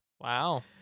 Wow